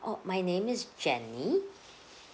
oh my name is jenny